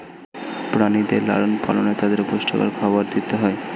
প্রাণীদের লালন পালনে তাদের পুষ্টিকর খাবার দিতে হয়